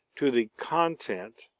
to the content,